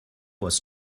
was